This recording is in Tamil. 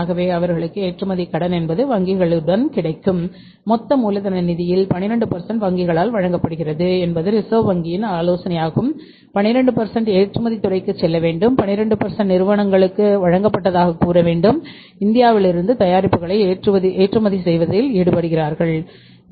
ஆகவே அவர்களுக்கு ஏற்றுமதி கடன் என்பது வங்கிகளுடன் கிடைக்கும் மொத்த மூலதன நிதிகளில் 12 வங்கிகளால் வழங்கப்படுகிறது என்பது ரிசர்வ் வங்கியின் ஆலோசனையாகும் 12 ஏற்றுமதி துறைக்குச் செல்ல வேண்டும் 12 நிறுவனங்களுக்கு வழங்கப்பட்டதாகக் கூற வேண்டும் இந்தியாவில் இருந்து தயாரிப்புகளை ஏற்றுமதி செய்வதில் ஈடுபட்டுள்ளவர்கள்